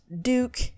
Duke